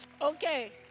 Okay